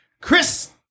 Chris